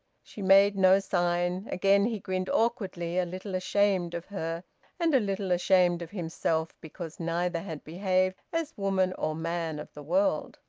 she made no sign. again he grinned awkwardly, a little ashamed of her and a little ashamed of himself, because neither had behaved as woman or man of the world.